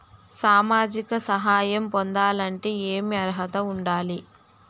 సామాజిక సహాయం పొందాలంటే ఏమి అర్హత ఉండాలి?